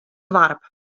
doarp